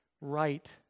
right